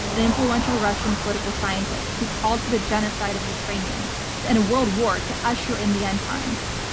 an influential russian political scientist, who called for the genocide of ukranians and a world war to usher in the end times.